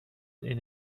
این